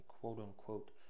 quote-unquote